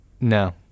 No